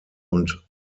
und